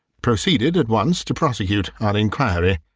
proceeded at once to prosecute our inquiry.